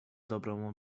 dobrą